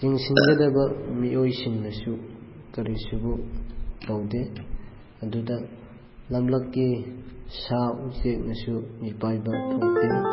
ꯌꯦꯡꯁꯤꯟꯒꯗꯕ ꯃꯤꯑꯣꯏꯁꯤꯡꯅꯁꯨ ꯀꯔꯤꯁꯨ ꯇꯧꯗꯦ ꯑꯗꯨꯗ ꯂꯝꯂꯛꯀꯤ ꯁꯥ ꯎꯆꯦꯛꯅꯁꯨ ꯃꯤꯄꯥꯏꯕ ꯊꯣꯛꯇꯦ